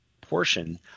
portion